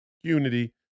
unity